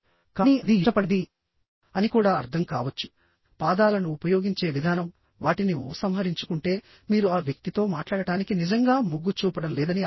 కానీ అది ఇష్టపడనిది అని కూడా అర్ధం కావచ్చు పాదాలను ఉపయోగించే విధానం వాటిని ఉపసంహరించుకుంటేమీరు ఆ వ్యక్తితో మాట్లాడటానికి నిజంగా మొగ్గు చూపడం లేదని అర్థం